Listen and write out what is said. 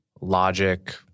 logic